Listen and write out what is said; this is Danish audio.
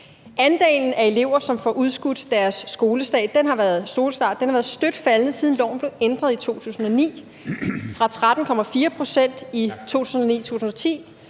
Andelen af elever, som får udskudt deres skolestart, har været støt faldende, siden loven blev ændret i 2009 – fra 13,4 pct. i 2009-10